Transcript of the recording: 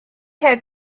had